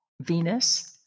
Venus